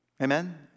Amen